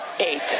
Eight